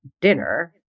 dinner